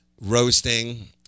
roasting